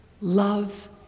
love